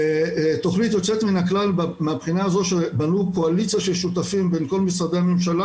תוכנית יוצאת מן הכלל שבנו קואליציה של שותפים בין כל משרדי הממשלה